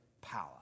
power